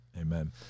amen